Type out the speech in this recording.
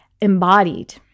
embodied